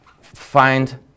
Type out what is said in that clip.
find